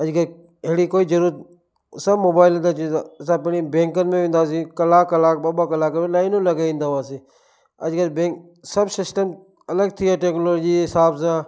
अॼुकल्ह अहिड़ी कोई ज़रूरत सभु मोबाइल ते अची थो असां पहिरीं बैंकुनि में वेंदा हुआसीं कलाक कलाक ॿ ॿ कलाक लाइनूं लॻाईंदा हुआसीं अॼुकल्ह बैंक सभु सिस्टम अलॻि थी वियो आए टेक्नोलोजीअ जे हिसाब सां